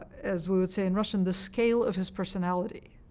as we would say in russian, the scale of his personality